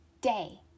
day